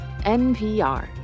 NPR